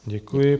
Děkuji.